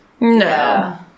No